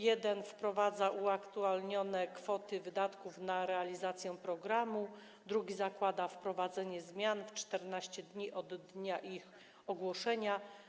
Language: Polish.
Jeden wprowadza uaktualnione kwoty wydatków na realizację programu, drugi zakłada wprowadzenie zmian w terminie 14 dni od dnia ich ogłoszenia.